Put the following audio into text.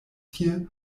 tie